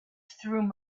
through